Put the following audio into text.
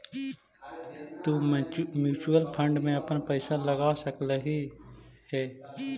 तु mutual fund में अपन पईसा लगा सकलहीं हे